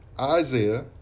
Isaiah